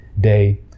day